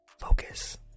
Focus